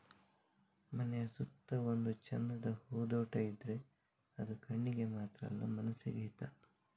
ಮನೆಯ ಸುತ್ತ ಒಂದು ಚಂದದ ಹೂದೋಟ ಇದ್ರೆ ಅದು ಕಣ್ಣಿಗೆ ಮಾತ್ರ ಅಲ್ಲ ಮನಸಿಗೂ ಹಿತ